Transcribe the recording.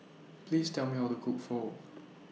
Please Tell Me How to Cook Pho